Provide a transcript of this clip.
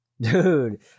dude